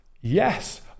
yes